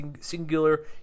singular